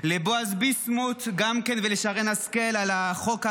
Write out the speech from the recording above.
לבועז ביסמוט גם כן ולשרן השכל, על החוק המקביל,